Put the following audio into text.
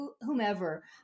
whomever